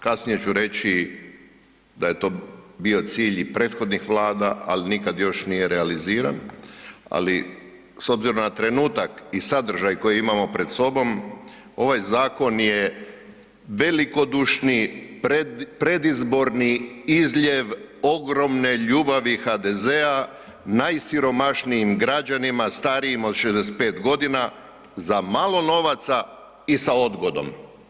Kasnije ću reći da je to bio cilj i prethodnih Vlada, al nikad još nije realiziran, ali s obzirom na trenutak i sadržaj koji imamo pred sobom ovaj zakon je velikodušni predizborni izljev ogromne ljubavi HDZ-a najsiromašnijim građanima starijima od 65.g. za malo novaca i sa odgodom.